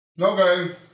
Okay